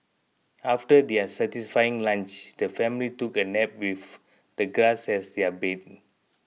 after their satisfying lunch the family took a nap with the grass as their bed